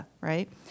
right